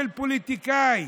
פוליטיקאי.